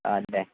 दे